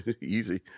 easy